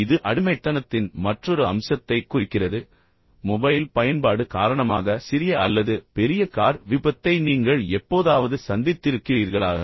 எனவே இது அடிமைத்தனத்தின் மற்றொரு அம்சத்தைக் குறிக்கிறது பின்னர் மொபைல் பயன்பாடு காரணமாக சிறிய அல்லது பெரிய கார் விபத்தை நீங்கள் எப்போதாவது சந்தித்திருக்கிறீர்களா